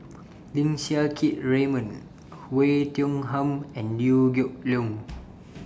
Lim Siang Keat Raymond Oei Tiong Ham and Liew Geok Leong